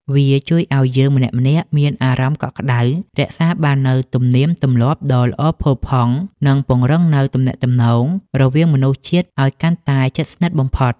វាជួយឱ្យយើងម្នាក់ៗមានអារម្មណ៍កក់ក្តៅ រក្សាបាននូវទំនៀមទម្លាប់ដ៏ល្អផូរផង់ និងពង្រឹងនូវទំនាក់ទំនងរវាងមនុស្សជាតិឱ្យកាន់តែជិតស្និទ្ធបំផុត។